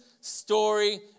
story